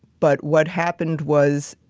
but what happened was,